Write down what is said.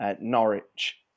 Norwich